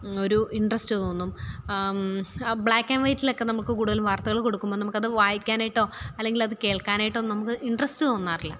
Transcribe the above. ഒരു ഇൻട്രസ്റ്റ് തോന്നും ആ ബ്ലാക്ക് ആൻഡ് വൈറ്റിലൊക്കെ നമുക്ക് കൂടുതലും വാർത്തകള് കൊടുക്കുമ്പോള് നമുക്കത് വായിക്കാനായിട്ടോ അല്ലെങ്കിലത് കേൾക്കാനായിട്ടോ നമുക്ക് ഇൻട്രസ്റ്റ് തോന്നാറില്ല